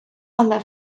але